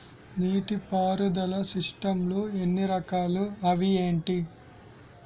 నీటిపారుదల సిస్టమ్ లు ఎన్ని రకాలు? అవి ఏంటి?